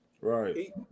Right